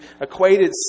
equated